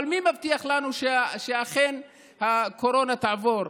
אבל מי מבטיח לנו שאכן הקורונה תעבור?